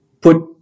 put